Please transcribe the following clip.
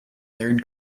third